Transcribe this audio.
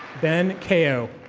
ben kao.